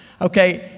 Okay